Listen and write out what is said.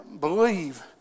believe